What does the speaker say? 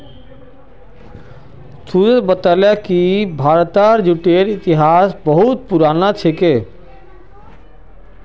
सूरज बताले कि भारतत जूटेर इतिहास बहुत पुनना कि छेक